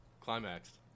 climaxed